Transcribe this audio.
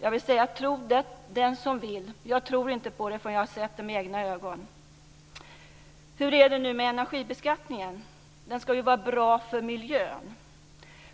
Jag vill säga: Tro det den som vill! Jag tror inte på det förrän jag har sett det med egna ögon. Hur är det nu med energibeskattningen? Den ska ju vara bra för miljön.